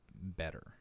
better